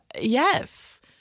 yes